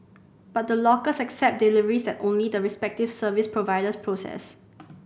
but the lockers accept deliveries that only the respective service providers process